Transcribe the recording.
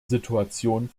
situation